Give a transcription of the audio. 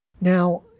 Now